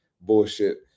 bullshit